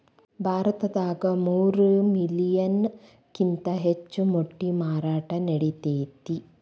ಭಾರತದಾಗ ಮೂರ ಮಿಲಿಯನ್ ಕಿಂತ ಹೆಚ್ಚ ಮೊಟ್ಟಿ ಮಾರಾಟಾ ನಡಿತೆತಿ